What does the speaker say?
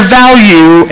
value